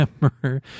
hammer